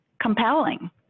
compelling